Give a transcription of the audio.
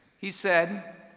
he said,